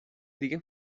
دیگه